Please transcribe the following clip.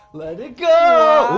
let it go